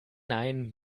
nein